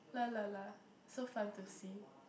La La La so fun to see